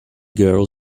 girl